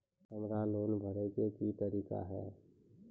हमरा लोन भरे के की तरीका है?